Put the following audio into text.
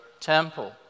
temple